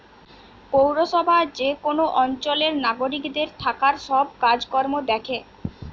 পৌরসভা যে কোন অঞ্চলের নাগরিকদের থাকার সব কাজ কর্ম দ্যাখে